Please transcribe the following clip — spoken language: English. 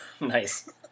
Nice